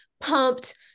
pumped